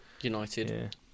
United